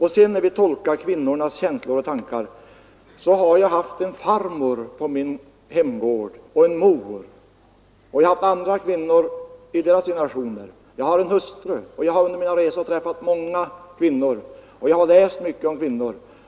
I vad gäller tolkningen av kvinnornas känslor och tankar vill jag säga att jag på min hemgård har haft en farmor och en mor, och att jag är bekant med andra kvinnor av olika generationer. Jag har en hustru, jag har under mina resor träffat många kvinnor och jag har vidare läst mycket om kvinnor.